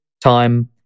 time